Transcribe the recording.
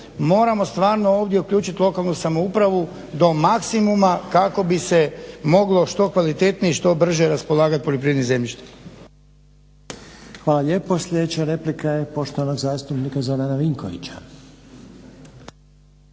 moramo stvarno ovamo uključiti lokalnu samoupravu do maksimuma kako bi se moglo što kvalitetnije i što brže raspolagat poljoprivrednim zemljištem.